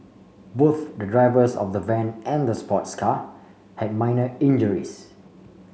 both the drivers of the van and the sports car had minor injuries